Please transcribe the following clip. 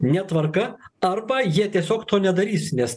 netvarka arba jie tiesiog to nedarys nes